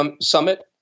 summit